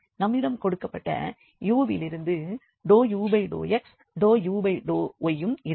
நம்மிடம் கொடுக்கப்பட்ட u விலிருந்து ∂u∂x வும் ∂u∂y வும் இருக்கும்